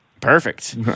perfect